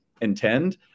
intend